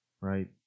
right